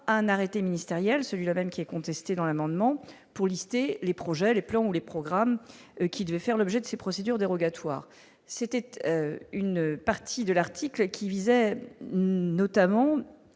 un arrêté ministériel, celui-là même qui est contesté dans l'amendement pour lister les projets, les plans ou les programmes qui devait faire l'objet de ces procédures dérogatoires, c'était une partie de l'article qui visait notamment